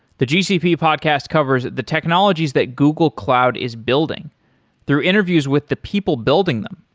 the gcp podcast covers the technologies that google cloud is building through interviews with the people building them,